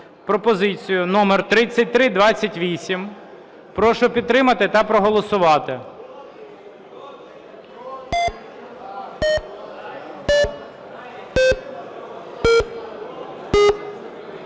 пропозицію номер 3328. Прошу підтримати та проголосувати.